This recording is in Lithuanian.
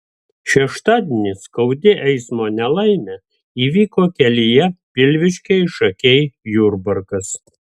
šeštadienį skaudi eismo nelaimė įvyko kelyje pilviškiai šakiai jurbarkas